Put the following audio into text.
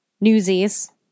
newsies